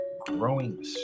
growing